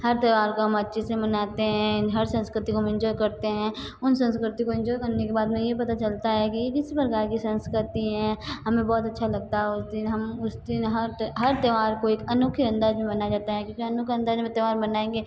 हर त्यौहार को हम अच्छे से मनाते हैं हर संस्कृति को हम इन्जॉय करते हैं उन संस्कृति को इन्जॉय करने के बाद में ये पता चलता है कि ये किस प्रकार की संस्कृति है हमें बहुत अच्छा लगता है उस दिन हम उस दिन हर हर त्यौहार को एक अनोखे अंदाज़ में मनाया जाता है क्योंकि अनोखे अंदाज़ में त्यौहार मनाएंगे